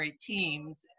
teams